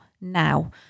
now